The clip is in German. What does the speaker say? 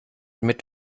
mit